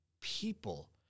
people